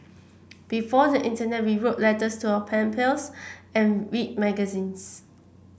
before the internet we wrote letters to our pen pals and read magazines